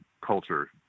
culture